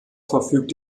verfügt